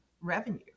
revenue